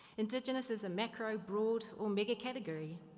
indigenous is a macro, broad or mega-category.